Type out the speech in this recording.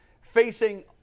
facing